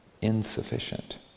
Insufficient